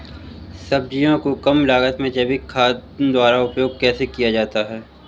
सब्जियों को कम लागत में जैविक खाद द्वारा उपयोग कैसे किया जाता है?